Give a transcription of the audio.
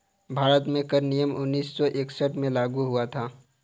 भारत में कर अधिनियम उन्नीस सौ इकसठ में लागू हुआ था